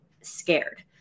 scared